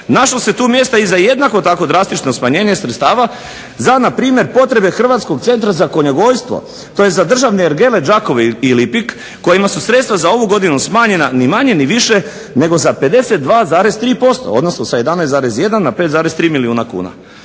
Našlo se tu mjesta i za jednako tako drastično smanjenje sredstava za npr. potrebe Hrvatskog centra za konjogojstvo. To je za državne ergele Đakovo i Lipik kojima su sredstva za ovu godinu smanjena ni manje ni više nego za 52,3% odnosno sa 11,1 na 5,3 milijuna kuna.